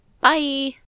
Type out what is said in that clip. Bye